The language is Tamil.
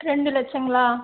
ரெண்டு லட்சம்ங்களா